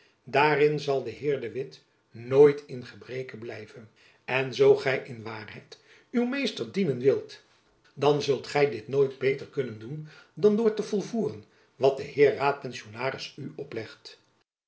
daarin zal de heer de witt nooit in gebreke blijven en zoo gy in waarheid uw meester dienen wilt dan zult gy dit nooit beter kunnen doen dan door te volvoeren wat de heer raadpensionaris u oplegt